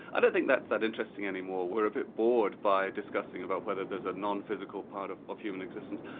i don't think that's that interesting any more we're a bit bored by discussing about whether there's a non-physical part of of human existence.